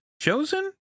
Chosen